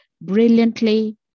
brilliantly